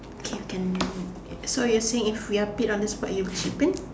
K can so you're saying if we're picked on the spot you would chip in